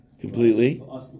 completely